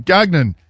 Gagnon